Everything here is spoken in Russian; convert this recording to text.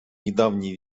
недавний